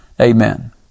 Amen